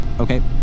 Okay